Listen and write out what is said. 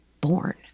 born